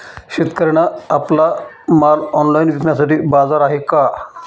शेतकऱ्यांना आपला माल ऑनलाइन विकण्यासाठी बाजार आहे का?